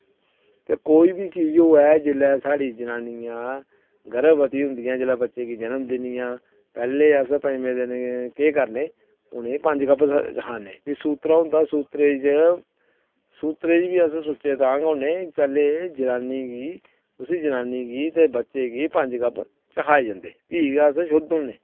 ते कोई बी चीज होऐ जेल्लै साढ़ी जनानियां गर्भवती होंदियां ते साढ़े बच्चे गी जन्म दिंदियां पैह्लें अस पंजमें दिन केह् करने पंज गब्ब चखाने ते सूत्तरा होंदा ते सूत्तरै ई सूत्तरै ई बी अस छिड़काव करने पैह्लें जनानी गी ते उस्सी जनानी गी ते बच्चे गी पंज गब्ब चखाये जंदे ते फ्ही गै अस शुद्ध होन्ने